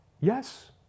Yes